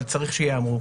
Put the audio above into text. אבל צריך שייאמרו.